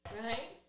right